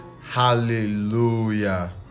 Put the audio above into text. hallelujah